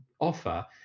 offer